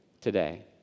today